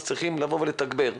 אז צריכים לבוא ולתגבר.